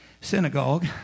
synagogue